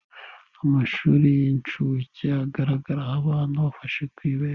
Amashuri y'inshuke agaragaraho abana bafashe ku ibendera